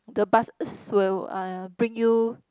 the buses will uh bring you